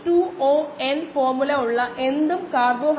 75 ന്റെ വിപരീതം 0